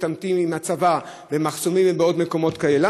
מתעמתים עם הצבא במחסומים ועוד מקומות כאלה.